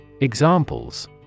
Examples